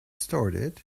started